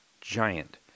giant